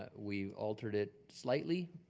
ah we altered it slightly,